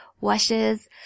washes